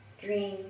dream